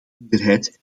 minderheid